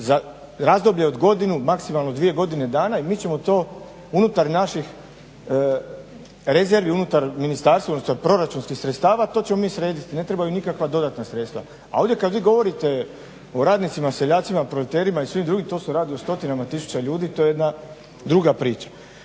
razdoblje od godinu, maksimalno dvije godine dana i mi ćemo to unutar naših rezervi, unutar ministarstva, unutar proračunskih sredstava to ćemo mi srediti i ne trebaju nikakva dodatna sredstva. A ovdje kad vi govorite o radnicima, seljacima, proleterima i svim drugim to se radi o stotinama tisuća ljudi, to je druga priča.